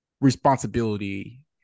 responsibility